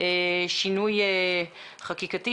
שינוי חקיקתי.